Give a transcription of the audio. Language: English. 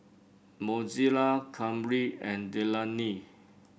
Mozella Kamryn and Delaney